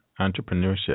entrepreneurship